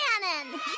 cannon